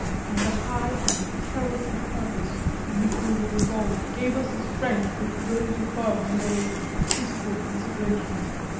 and the high and terrible purpose in which we were involved gave us a strength which rose above merely physical considerations.